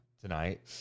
tonight